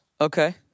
Okay